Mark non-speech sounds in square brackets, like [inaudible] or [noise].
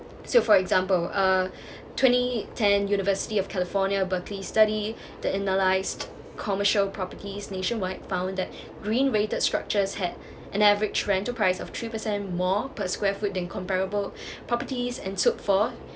so for example uh [breath] twenty ten university of california berkeley study [breath] that analysed commercial properties nationwide found that green rated structures had an average rental price of three percent more per square foot than comparable properties and